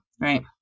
right